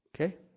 Okay